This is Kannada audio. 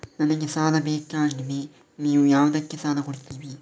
ನನಗೆ ಸಾಲ ಬೇಕಾಗಿದೆ, ನೀವು ಯಾವುದಕ್ಕೆ ಸಾಲ ಕೊಡ್ತೀರಿ?